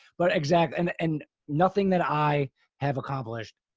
but exactly and and nothing that i have accomplished.